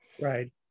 Right